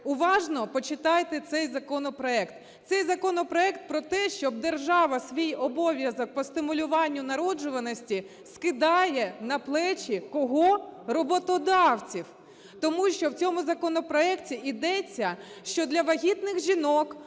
Уважно почитайте цей законопроект. Цей законопроект про те, що держава свій обов'язок по стимулюванню народжуваності скидає на плечі кого? Роботодавців. Тому що в цьому законопроекті йдеться, що для вагітних жінок